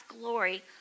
glory